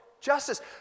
justice